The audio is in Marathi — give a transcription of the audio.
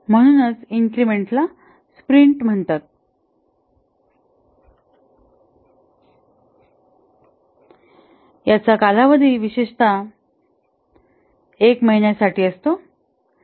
म्हणून इन्क्रिमेंट्सला स्प्रिंट म्हणतात याचा कालावधी विशेषत एक महिन्या साठी असतो